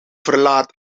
verlaat